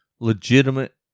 Legitimate